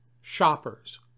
shoppers